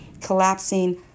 collapsing